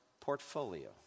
portfolio